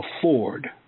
afford